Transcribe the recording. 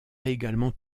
également